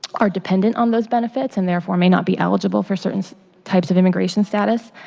are dependent on those benefits and therefore may not be eligible for certain types of immigration status.